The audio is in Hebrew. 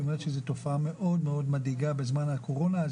אומרת שזו תופעה מאוד מאד מדאיגה בזמן הקורונה.